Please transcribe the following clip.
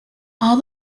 all